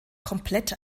komplett